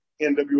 NWA